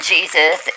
Jesus